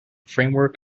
framework